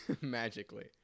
Magically